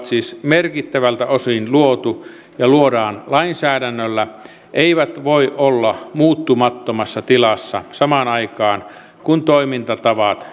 siis merkittävältä osin luotu ja luodaan lainsäädännöllä eivät voi olla muuttumattomassa tilassa samaan aikaan kun toimintatavat